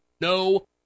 No